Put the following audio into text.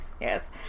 Yes